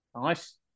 Nice